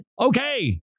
okay